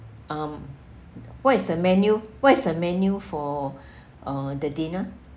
um what is the menu what is the menu for uh the dinner